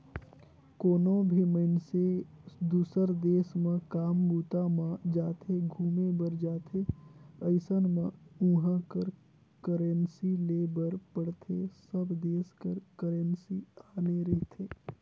कोनो भी मइनसे दुसर देस म काम बूता म जाथे, घुमे बर जाथे अइसन म उहाँ कर करेंसी लेय बर पड़थे सब देस कर करेंसी आने रहिथे